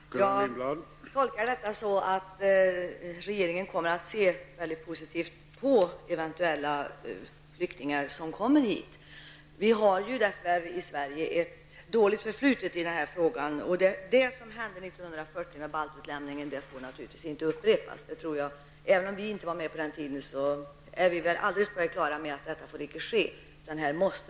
Herr talman! Jag tolkar detta som att regeringen kommer att se positivt på eventuella flyktingar som kan komma hit. Vi har dess värre ett dåligt förflutet i denna fråga i Sverige. Baltutlämningen 1940 får naturligtvis inte upprepas. Även om vi inte var med på den tiden, är vi på det klara med att den utlämningen inte får upprepas.